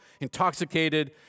intoxicated